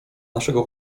naszego